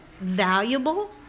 valuable